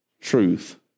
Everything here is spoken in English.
truth